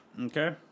Okay